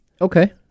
Okay